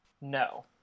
No